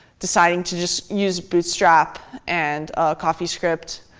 deciding to just use bootstrap and coffeescript.